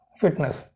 fitness